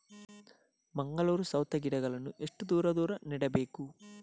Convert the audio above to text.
ಮಂಗಳೂರು ಸೌತೆ ಗಿಡಗಳನ್ನು ಎಷ್ಟು ದೂರ ದೂರ ನೆಡಬೇಕು?